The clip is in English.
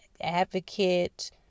Advocate